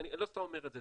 אני לא סתם אומר את זה.